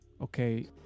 Okay